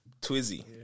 Twizzy